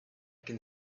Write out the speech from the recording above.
can